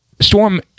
storm